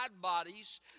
bodies